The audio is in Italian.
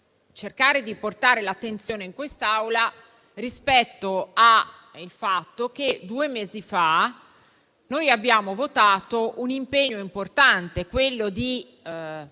cercare di portare l'attenzione in quest'Aula rispetto al fatto che due mesi fa noi abbiamo votato un impegno importante, quello di